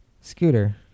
Scooter